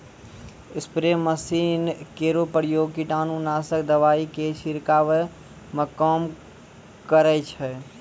spray machine केरो प्रयोग कीटनाशक दवाई क छिड़कावै म काम करै छै